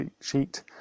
sheet